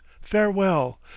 Farewell